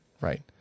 right